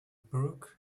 brooke